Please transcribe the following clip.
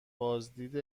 بازدید